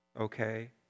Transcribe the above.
okay